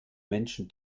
menschen